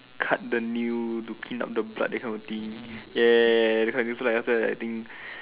cut the nail to clean up the blood that kind of thing ya ya ya so like after that thing